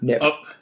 Up